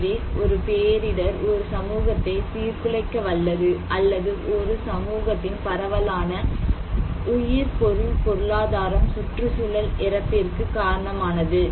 எனவே ஒரு பேரிடர் ஒரு சமூகத்தை சீர்குலைக்க வல்லது அல்லது ஒரு சமூகத்தின் பரவலான உயிர் பொருள் பொருளாதாரம் சுற்றுச்சூழல் இறப்பிற்கு காரணமானது